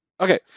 okay